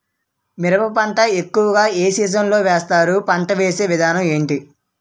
మిరప పంట ఎక్కువుగా ఏ సీజన్ లో వేస్తారు? పంట వేసే విధానం ఎంటి?